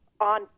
on